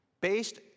based